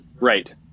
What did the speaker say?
right